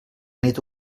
nit